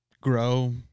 grow